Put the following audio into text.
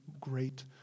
great